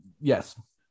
yes